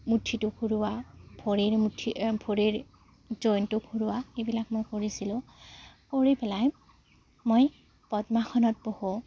মুঠিটো ঘূৰোৱা ভৰিৰ মুঠি ভৰিৰ জইনটো ঘূৰোৱা এইবিলাক মই কৰিছিলোঁ কৰি পেলাই মই পদ্মাসনত বহোঁ